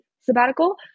sabbatical